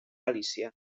galícia